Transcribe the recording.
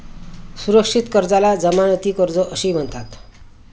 सुरक्षित कर्जाला जमानती कर्ज असेही म्हणतात